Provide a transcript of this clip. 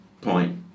point